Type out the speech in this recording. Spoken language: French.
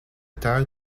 terre